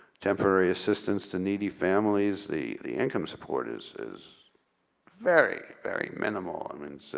temporary assistance to needy families. the the income support is is very, very minimal. i mean so